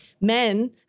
men